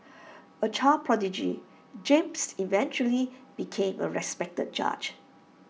A child prodigy James eventually became A respected judge